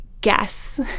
guess